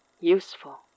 useful